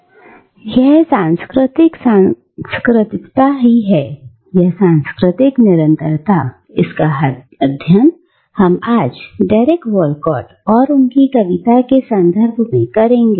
और यह सांस्कृतिक सांस्कृतिकता है है या सांस्कृतिक निरंतरता इसका अध्ययन हम आज डेरेक वॉलकॉट और उनकी कविता के संदर्भ में करेंगे